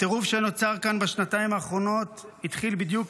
הטירוף שנוצר כאן בשנתיים האחרונות התחיל בדיוק